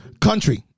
country